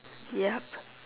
yup